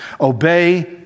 Obey